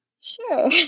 Sure